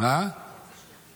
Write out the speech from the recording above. כדי, אנשים שולחים